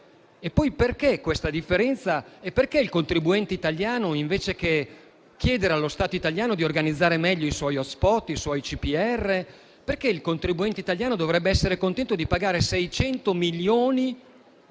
perché il contribuente italiano, invece che chiedere allo Stato italiano di organizzare meglio i suoi *hotspot* e i suoi CPR, dovrebbe essere contento di pagare 600 milioni per